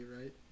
right